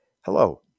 Hello